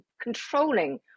controlling